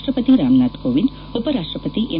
ರಾಷ್ಟಪತಿ ರಾಮನಾಥ್ ಕೋವಿಂದ್ ಉಪರಾಷ್ಟಪತಿ ಎಂ